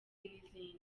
n’izindi